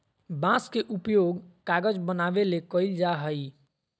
बांस के उपयोग कागज बनावे ले कइल जाय हइ